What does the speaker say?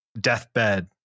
deathbed